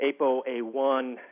APOA1